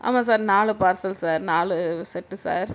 ஆமாம் சார் நாலு parcel sir நாலு செட் சார்